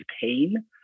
pain